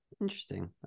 Interesting